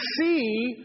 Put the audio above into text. see